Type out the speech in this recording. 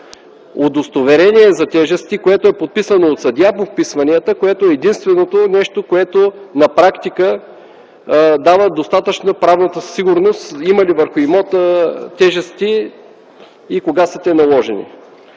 удостоверение за тежести, което е подписано от съдия по вписванията, което е единственото нещо, което на практика дава достатъчно правната сигурност има ли върху имота тежести и кога са наложени